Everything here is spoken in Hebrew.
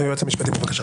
היועץ המשפטי, בבקשה.